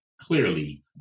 clearly